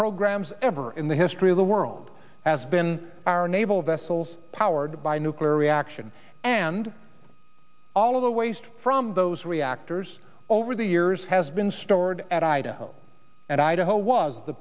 programs ever in the history of the world has been our naval vessels powered by nuclear reaction and all of the waste from those reactors over the years has been stored at idaho and idaho was the